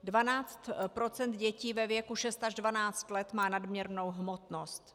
Dvanáct procent dětí ve věku 6 až 12 let má nadměrnou hmotnost.